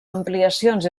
ampliacions